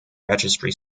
registry